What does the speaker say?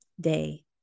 day